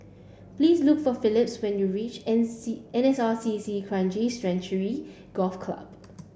please look for Philip when you reach N C N S R C C Kranji Sanctuary Golf Club